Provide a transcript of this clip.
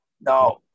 no